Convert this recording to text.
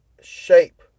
shape